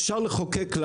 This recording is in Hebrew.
אפשר לחוקק,